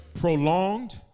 prolonged